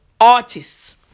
artists